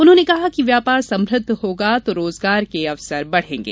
उन्होंने कहा कि व्यापार समृद्ध होगा तो रोजगार के अवसर बढ़ेंगे